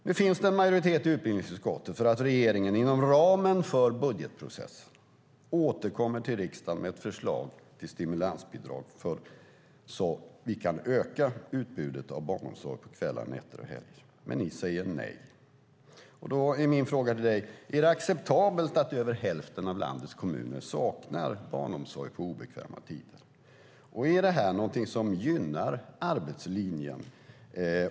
Nu finns det en majoritet i utbildningsutskottet för att regeringen inom ramen för budgetprocessen återkommer till riksdagen med ett förslag till stimulansbidrag så att vi kan öka utbudet av barnomsorg på kvällar, nätter och helger. Men ni säger nej. Min fråga till dig är: Är det acceptabelt att över hälften av landets kommuner saknar barnomsorg på obekväma tider? Är detta någonting som gynnar arbetslinjen?